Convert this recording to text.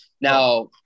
Now